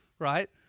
Right